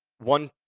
one